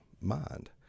mind